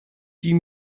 die